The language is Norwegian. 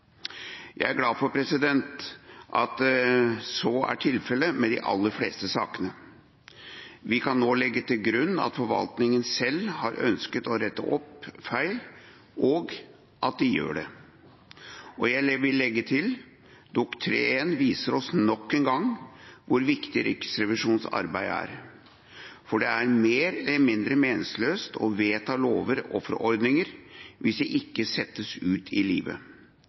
Jeg er glad for at så er tilfellet med de aller fleste sakene. Vi kan nå legge til grunn at forvaltningen selv har ønsket å rette opp feil, og at de gjør det. Jeg vil legge til at Dokument 3:1 nok en gang viser oss hvor viktig Riksrevisjonens arbeid er. For det er mer eller mindre meningsløst å vedta lover og forordninger hvis de ikke settes ut i livet.